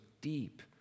deep